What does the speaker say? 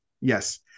Yes